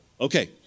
Okay